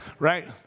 right